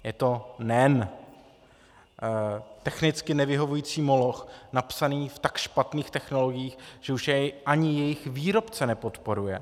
Je to NEN, technicky nevyhovující moloch napsaný v tak špatných technologiích, že už je ani jejich výrobce nepodporuje.